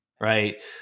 right